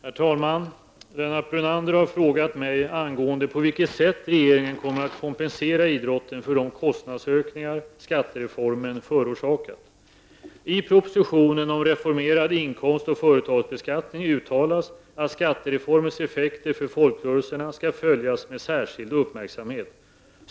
Herr talman! Lennart Brunander har frågat mig på vilket sätt regeringen kommer att kompensera idrotten för de kostnadsökningar skattereformen förorsakat. I propositionen om reformerad inkomst och företagsbeskattning uttalas att skattereformens effekter för folkrörelserna skall följas med särskild uppmärksamhet.